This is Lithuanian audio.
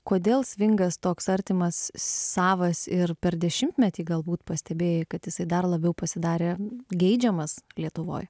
kodėl svingas toks artimas savas ir per dešimtmetį galbūt pastebėjai kad jisai dar labiau pasidarė geidžiamas lietuvoj